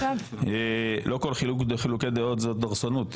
לא כל חילוקי דעות זו דורסנות,